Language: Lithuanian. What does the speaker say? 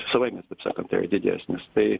savaime jis taip sakant yra didesnis tai